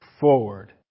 forward